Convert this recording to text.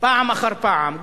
פעם אחר פעם?